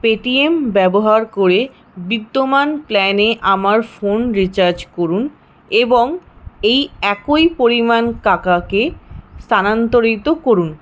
Paytm ব্যবহার করে বিদ্যমান প্ল্যানে আমার ফোন রিচার্জ করুন এবং এই একই পরিমাণ কাকাকে স্থানান্তরিত করুন